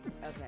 Okay